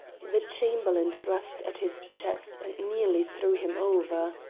the chamberlain thrust at his chest and nearly threw him over.